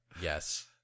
yes